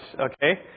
Okay